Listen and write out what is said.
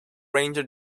ranger